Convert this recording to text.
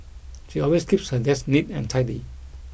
she always keeps her desk neat and tidy